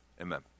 amen